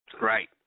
Right